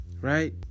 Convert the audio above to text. Right